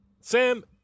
Sam